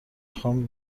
خوام